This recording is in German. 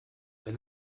wenn